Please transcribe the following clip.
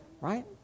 right